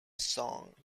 song